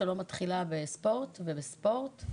שלא מתחילה בספורט ובספורט,